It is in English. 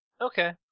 Okay